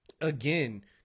again